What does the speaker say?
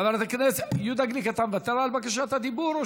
חבר הכנסת יהודה גליק, אתה מוותר על בקשת הדיבור?